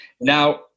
Now